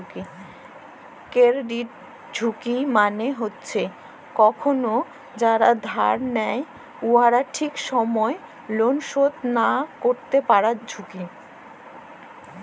credit ঝুঁকি মালে হছে কখল যারা ধার লেয় উয়ারা ঠিক ছময় লল শধ ক্যইরতে লা পারার ঝুঁকি